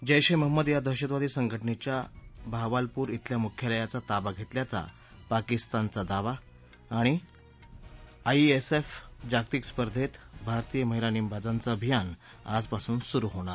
जैश ए महम्मद या दहशतवादी संघटनेच्या बाहवालपूर इथल्या मुख्यालयाचा ताबा घेतल्याचा पाकिस्तानचा दावा आईएसएसएफ जागतिक स्पर्धेत भारतीय महिला नेमबाजांचं अभियान आजपासून सुरु होणार